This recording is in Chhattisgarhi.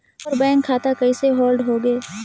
मोर बैंक खाता कइसे होल्ड होगे?